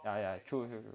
ya ya true 就是